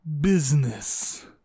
business